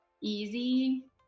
easy